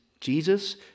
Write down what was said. Jesus